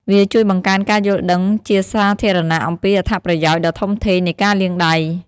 វាជួយបង្កើនការយល់ដឹងជាសាធារណៈអំពីអត្ថប្រយោជន៍ដ៏ធំធេងនៃការលាងដៃ។